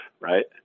right